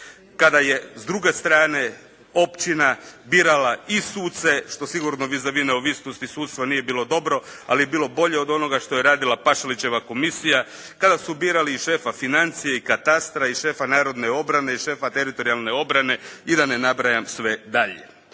kada je s druge strane općina birala i suce, što sigurno vis a vis neovisnosti sudstva nije bilo dobro, ali je bilo bolje od onoga što je radila Pašalićeva komisija kad asu birali i šefa financije, i katastra i šefa narodne obrane i šefa teritorijalne obrane i da ne nabrajam sve dalje.